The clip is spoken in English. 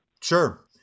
Sure